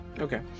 Okay